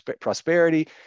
prosperity